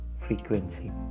frequency